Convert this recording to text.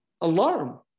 alarm